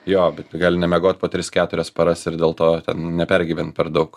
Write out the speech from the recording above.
jo gali nemiegot po tris keturias paras ir dėl to ten nepergyvent per daug